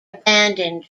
abandoned